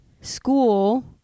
school